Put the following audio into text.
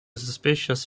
suspicious